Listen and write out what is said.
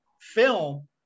film